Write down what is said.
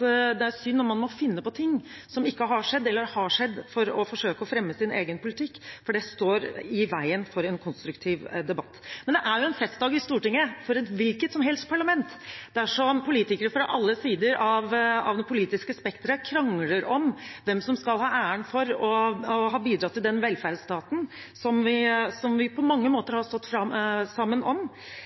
det er synd om man må finne på ting som ikke har skjedd, for å forsøke å fremme sin egen politikk, for det står i veien for en konstruktiv debatt. Men det er jo en festdag for Stortinget – og for et hvilket som helst parlament – dersom politikere fra alle sider av det politiske spekteret krangler om hvem som skal ha æren for å ha bidratt til den velferdsstaten som vi på mange måter har stått sammen om.